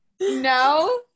No